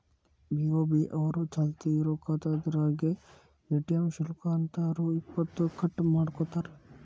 BOB ಅವರು ಚಾಲ್ತಿ ಇರೋ ಖಾತಾದಾರ್ರೇಗೆ ಎ.ಟಿ.ಎಂ ಶುಲ್ಕ ಅಂತ ರೊ ಇಪ್ಪತ್ತು ಕಟ್ ಮಾಡ್ಕೋತಾರ